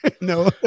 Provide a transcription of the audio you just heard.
No